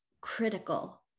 critical